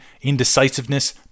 indecisiveness